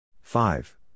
five